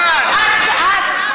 לא יאומן.